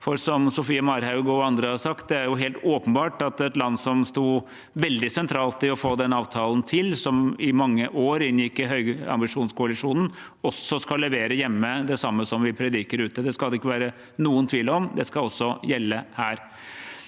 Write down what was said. Norge. Som Sofie Marhaug og andre har sagt, er det helt åpenbart at et land som stod veldig sentralt i å få til den avtalen, som i mange år inngikk i høyambisjonskoalisjonen, skal levere det samme hjemme som vi prediker ute. Det skal det ikke være noen tvil om. Det skal også gjelde her.